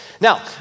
Now